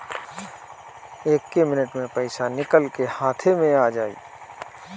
एक्के मिनट मे पईसा निकल के हाथे मे आ जाई